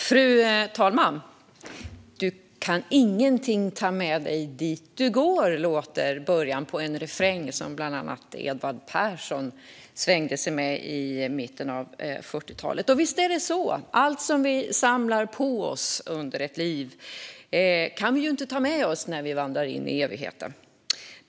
Fru talman! "Du kan ingenting ta med dig dit du går" lyder början på en refräng som bland annat Edvard Persson svängde sig med i mitten av 40-talet. Och visst är det så: Allt det vi samlar på oss under ett liv kan vi inte ta med oss när vi vandrar in i evigheten.